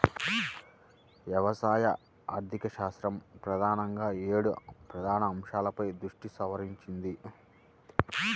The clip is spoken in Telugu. వ్యవసాయ ఆర్థికశాస్త్రం ప్రధానంగా ఏడు ప్రధాన అంశాలపై దృష్టి సారించింది